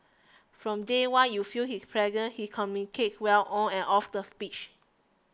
from day one you felt his presence he communicates well on and off the pitch